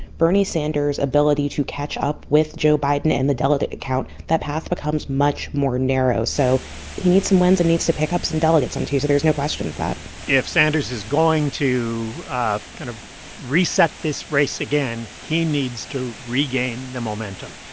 bernie sanders' ability to catch up with joe biden and the delegate count that path becomes much more narrow. so he needs some wins and needs to pick up some delegates on tuesday. there's no question of that if sanders is going to kind of reset this race again, he needs to regain the momentum.